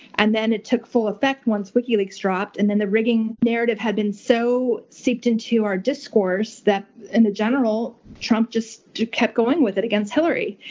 and then it took full effect once wikileaks dropped, and then the rigging narrative had been so seeped into our discourse that in the general trump just decided to keep going with it against hillary.